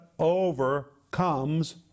overcomes